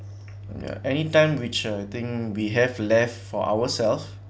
ya anytime which I think we have left for ourselves